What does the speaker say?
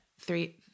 three